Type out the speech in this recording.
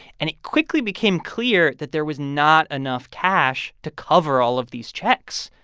and it quickly became clear that there was not enough cash to cover all of these checks.